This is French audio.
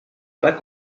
bas